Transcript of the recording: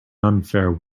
unfair